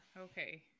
Okay